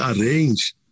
arrange